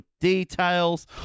details